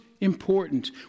important